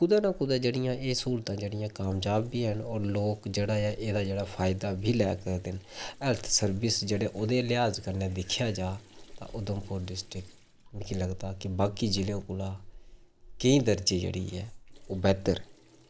कुदै न कुदै एह् स्हूलतां जेह्ड़ियां कामयाब बी हैन लोक जेह्ड़ा एह्दा जेह्ड़ा फायदा बी लै करदे न हैल्थ सरविस जेह्ड़े ओह्दे लिहाज कन्नै दिक्खेआ जा तां उधमपुर डिस्टिक मिकी लगदा के बाकी जेह्दे कोला केईं दर्जे जेह्ड़ी ऐ बद्ध न